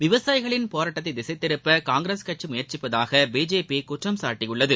விவசாயிகள் போராட்டத்தை திசை திருப்ப காங்கிரஸ் கட்சி முயற்சிப்பதாக பிஜேபி குற்றம் சாட்டியுள்ளது